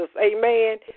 Amen